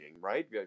right